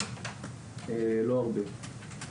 לא הרבה.